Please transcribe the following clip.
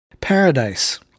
Paradise